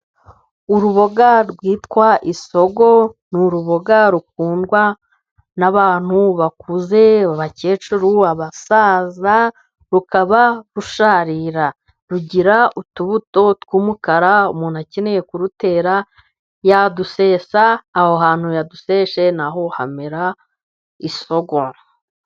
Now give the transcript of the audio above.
Uruboga rwitwa isogo n'urubuga rukundwa n'abantu bakuze bakecuru b'abasaza. Rukaba rusharira rugira utubuto tw'umukara, umuntu akeneye kurutera yadusesa aho hantu yaduseshe naho hamera isogo.